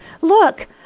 look